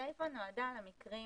הסיפה נועדה למקרים